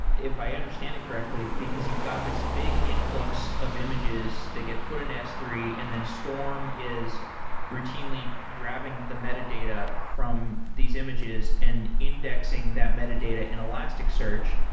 if i understand it correctly, because you got this big influx of images, they get put in s three and then storm is routinely grabbing the metadata from these images and indexing that metadata in elasticsearch,